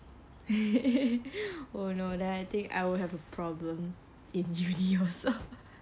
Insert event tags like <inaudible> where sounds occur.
<laughs> oh no then I think I will have a problem in uni also